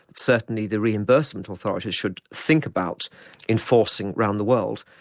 but certainly the reimbursement authorities should think about enforcing around the world.